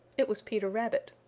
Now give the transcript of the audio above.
it was peter rabbit.